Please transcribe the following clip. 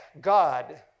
God